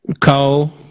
Cole